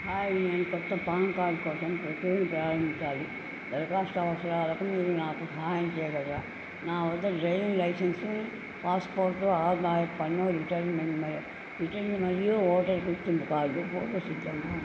hi నేను కొత్త PAN card కోసం ప్రక్రియను ప్రారంభించాలి దరఖాస్తు అవసరాలకు మీరు నాకు సహాయం చెయ్యగలరా నా వద్ద నా డ్రైవింగ్ లైసెన్స్ పాస్పోర్ట్ ఆదాయపు పన్ను రిటర్న్ మరియు ఓటరు గుర్తింపు కార్డు ఫోటో సిద్ధంగా ఉన్నాయి